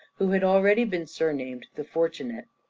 who had already been surnamed the fortunate.